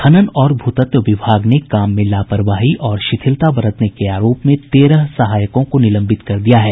खनन और भूतत्व विभाग ने काम में लापरवाही और शिथिलता बरतने के आरोप में तेरह सहायकों को निलंबित कर दिया है